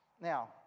Now